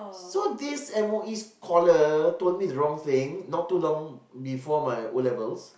so this M_O_E scholar told me wrong thing not too long before my O-levels